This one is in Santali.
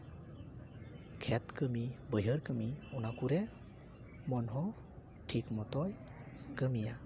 ᱠᱷᱮᱛ ᱠᱟᱹᱢᱤ ᱵᱟᱹᱭᱦᱟᱹᱲ ᱠᱟᱹᱢᱤ ᱚᱱᱟ ᱠᱚᱨᱮ ᱢᱚᱱ ᱦᱚᱸᱭ ᱴᱷᱤᱠ ᱢᱚᱛᱚᱭ ᱠᱟᱹᱢᱤᱭᱟ